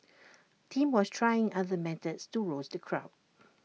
Tim was trying other methods to rouse the crowd